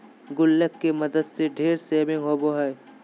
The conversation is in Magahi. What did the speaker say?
गुल्लक के मदद से ढेर सेविंग होबो हइ